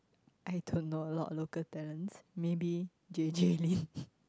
I don't know a lot of local talents maybe J_J-Lin